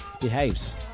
Behaves